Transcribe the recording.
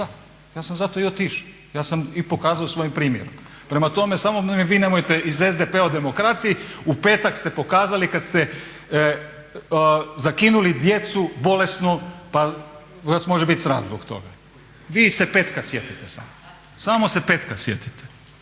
ja sam zato i otišao. Ja sam i pokazao svojim primjerom. Prema tome, samo mi vi nemojte iz SDP-a o demokraciji. U petak ste pokazali kad ste zakinuli djecu bolesnu, pa vas može bit sram zbog toga. Vi se petka sjetite samo, samo se petka sjetite!